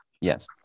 yes